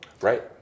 Right